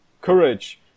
courage